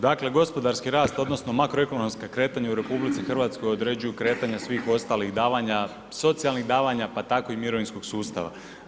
Dakle gospodarski rast odnosno makroekonomska kretanja u RH određuju kretanja svih ostalih davanja, socijalnih davanja pa tako i mirovinskog sustava.